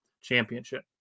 championship